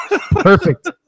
Perfect